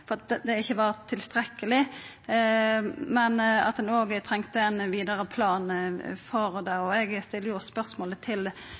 sat i regjering – ikkje var tilstrekkeleg, men at ein òg trengte ein vidare plan for det.